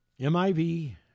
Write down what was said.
MIV